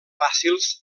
fàcils